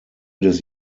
des